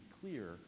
clear